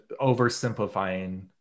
oversimplifying